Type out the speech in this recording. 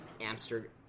amsterdam